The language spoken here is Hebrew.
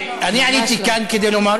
ממש לא.